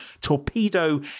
Torpedo